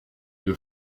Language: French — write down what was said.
une